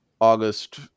August